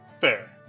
Fair